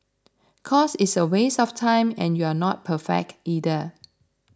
cause it's a waste of time and you're not perfect either